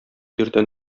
иртән